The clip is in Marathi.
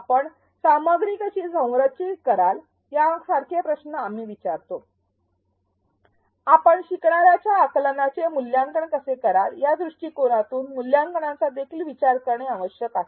आपण सामग्री कशी संरचित कराल यासारखे प्रश्न आम्ही विचारतो आपण शिकणार्यांच्या आकलनाचे मूल्यांकन कसे कराल या दृष्टिकोनातून मूल्यांकनाचा देखील विचार करणे आवश्यक आहे